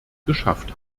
geschafft